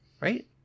right